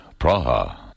Praha